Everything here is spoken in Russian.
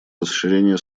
расширения